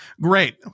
Great